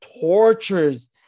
tortures